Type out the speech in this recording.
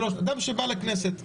אדם שבא לכנסת.